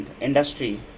industry